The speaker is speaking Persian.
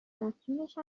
افزونش